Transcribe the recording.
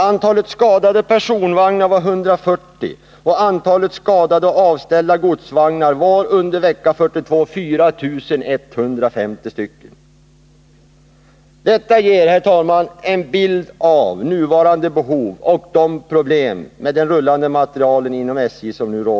Antalet skadade personvagnar var 140, och antalet skadade och avställda godsvagnar under vecka 42 var 4 150. Detta ger, herr talman, en bild av nuvarande behov och de problem som nu råder med den rullande materielen inom SJ.